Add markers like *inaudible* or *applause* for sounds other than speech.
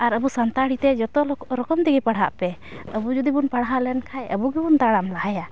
ᱟᱨ ᱟᱵᱚ ᱥᱟᱱᱛᱟᱲᱤᱛᱮ ᱡᱚᱛᱚ *unintelligible* ᱨᱚᱠᱚᱢ ᱫᱤᱭᱮ ᱯᱟᱲᱦᱟᱜ ᱯᱮ ᱟᱵᱚ ᱡᱩᱫᱤᱵᱚᱱ ᱯᱟᱲᱦᱟᱣ ᱞᱮᱱᱠᱷᱟᱱ ᱟᱵᱚ ᱜᱮᱵᱚᱱ ᱛᱟᱲᱟᱢ ᱞᱟᱦᱟᱭᱟ